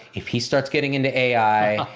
if he starts getting into ai,